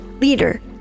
leader